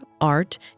art